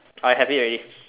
I have it already